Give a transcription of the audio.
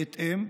בהתאם,